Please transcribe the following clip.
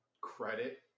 credit